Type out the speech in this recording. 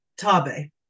Tabe